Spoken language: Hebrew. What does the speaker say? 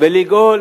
ולגאול